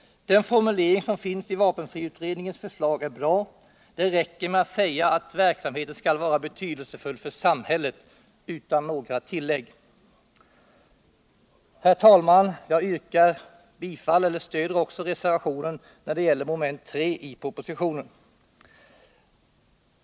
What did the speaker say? Den formulering som finns i vapenfriutredningens förslag är bra. Det räcker med att säga att verksamheten skall vara betydelsefull för samhället utan några tillägg. Herr talman! Vpk stöder reservationen också när det gäller mom. 3 i propositionen.